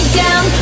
down